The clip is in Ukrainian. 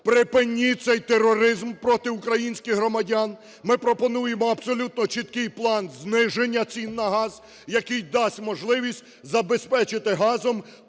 Припиніть цей тероризм проти українських громадян. Ми пропонуємо абсолютно чіткій план зниження цін на газ, який дасть можливість забезпечити газом